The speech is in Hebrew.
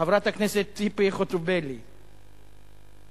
חברת הכנסת ציפי חוטובלי, פה?